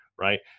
right